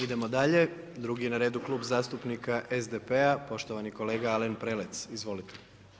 Idemo dalje, drugi je na redu Klub zastupnika SDP-a, poštovani kolega Alen Prelec, izvolite.